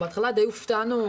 בהתחלה די הופתענו.